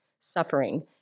suffering